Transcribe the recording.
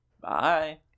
Bye